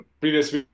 previous